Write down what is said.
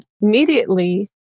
immediately